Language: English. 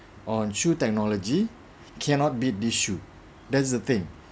on shoe technology cannot be this shoe that's the thing